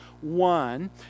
one